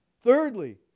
Thirdly